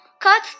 Cut